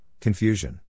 confusion